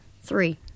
Three